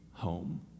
home